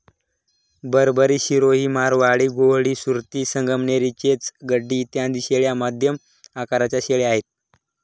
बरबरी, सिरोही, मारवाडी, गोहली, सुरती, संगमनेरी, चेंग, गड्डी इत्यादी शेळ्या मध्यम आकाराच्या शेळ्या आहेत